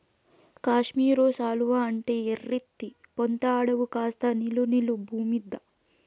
కాశ్మీరు శాలువా అంటే ఎర్రెత్తి పోతండావు కాస్త నిలు నిలు బూమ్మీద